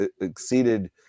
exceeded